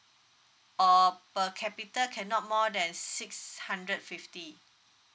or per capita cannot more that six hundred fifty